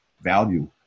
value